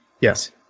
Yes